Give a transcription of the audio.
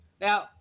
Now